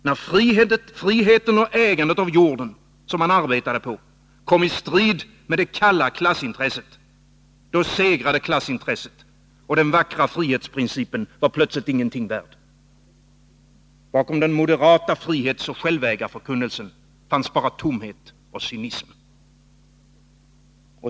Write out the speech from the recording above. När friheten och ägandet av den jord som man arbetade på kom i strid med det kalla klassintresset, då segrade klassintresset och den vackra frihetsprincipen var plötsligt ingenting värd. Bakom den moderata frihetsoch självägarförkunnelsen fanns bara tomhet och cynism.